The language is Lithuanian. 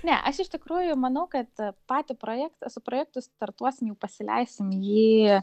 ne aš iš tikrųjų manau kad patį projektą su projektu startuosim jau pasileisim jį